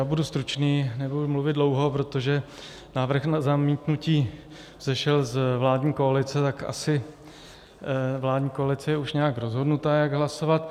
Budu stručný, nebudu mluvit dlouho, protože návrh na zamítnutí vzešel z vládní koalice, tak asi vládní koalice je nějak rozhodnutá, jak hlasovat.